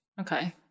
Okay